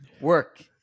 work